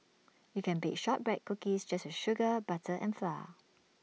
you can bake Shortbread Cookies just with sugar butter and flour